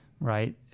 Right